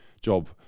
job